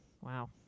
wow